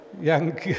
young